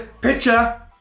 Picture